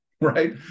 right